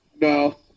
No